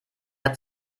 hat